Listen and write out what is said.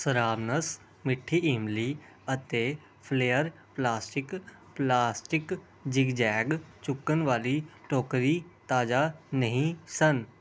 ਸਰਾਵਣਸ ਮਿੱਠੀ ਇਮਲੀ ਅਤੇ Flair plastic plastic zigzag ਚੁੱਕਣ ਵਾਲੀ ਟੋਕਰੀ ਤਾਜ਼ਾ ਨਹੀਂ ਸਨ